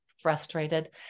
frustrated